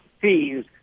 fees